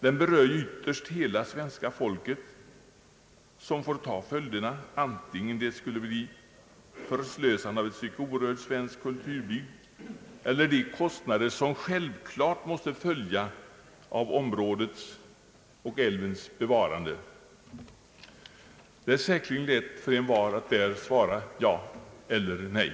Den berör ytterst hela svenska folket, som får ta följderna, antingen de skulle innebära förslösande av ett stycke orörd svensk kulturbygd eller de kostnader som självklart måste följa av områdets och älvens bevarande. Det är säkerligen lätt för en var att där svara ja eller nej.